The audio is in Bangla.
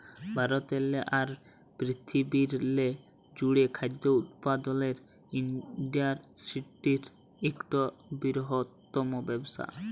ভারতেরলে আর পিরথিবিরলে জ্যুড়ে খাদ্য উৎপাদলের ইন্ডাসটিরি ইকট বিরহত্তম ব্যবসা